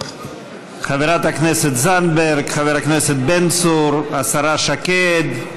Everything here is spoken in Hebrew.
חברת הכנסת זנדברג, חבר הכנסת בן צור, השרה שקד.